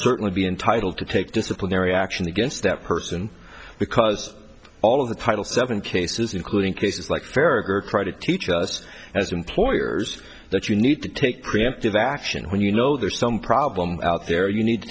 certainly be entitled to take disciplinary action against that person because all of the title seven cases including cases like character try to teach us as employers that you need to take preemptive action when you know there is some problem out there you need to